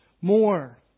more